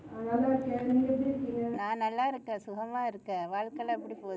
நான் நல்லா இருக்கேன் நீங்க எப்படி இருக்கீங்க:naan nallaa irukken neenga eppadi irukeenga